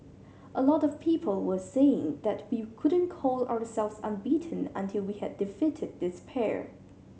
a lot of people were saying that we couldn't call ourselves unbeaten until we had defeated this pair